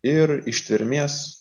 ir ištvermės